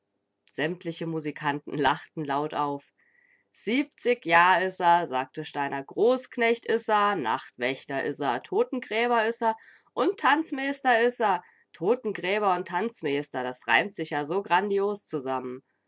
sämtliche musikanten lachten laut auf siebzig jahr is a sagte steiner großknecht is a nachtwächter is a totengräber is a und tanzmeester is a totengräber und tanzmeester das reimt sich ja so grandios zusamm'n